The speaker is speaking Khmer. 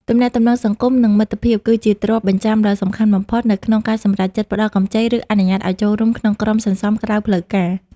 ទំនាក់ទំនងសង្គម និងមិត្តភាពគឺជាទ្រព្យបញ្ចាំដ៏សំខាន់បំផុត នៅក្នុងការសម្រេចចិត្តផ្ដល់កម្ចី ឬអនុញ្ញាតឱ្យចូលរួមក្នុងក្រុមសន្សំក្រៅផ្លូវការ។